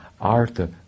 artha